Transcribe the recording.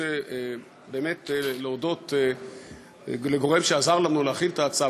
אני רוצה באמת להודות לגורם שעזר לנו להכין את ההצעה,